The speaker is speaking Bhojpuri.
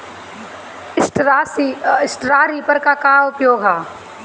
स्ट्रा रीपर क का उपयोग ह?